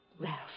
Ralph